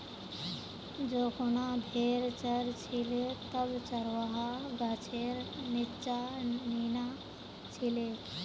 जै खूना भेड़ च र छिले तब चरवाहा गाछेर नीच्चा नीना छिले